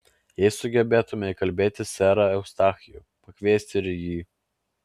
jei sugebėtumėme įkalbėti serą eustachijų pakviesti ir jį